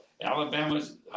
Alabama's